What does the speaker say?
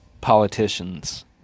politicians